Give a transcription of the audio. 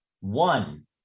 One